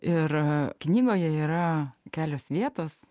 ir knygoje yra kelios vietos